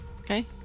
Okay